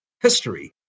history